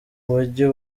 mujyi